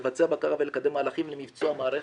לבצע בקרה ולקדם מהלכים למערכת.